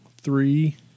three